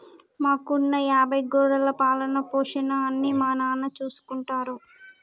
మాకున్న యాభై గొర్రెల పాలన, పోషణ అన్నీ మా నాన్న చూసుకుంటారు